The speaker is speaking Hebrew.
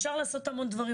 אפשר לעשות המון דברים,